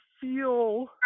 feel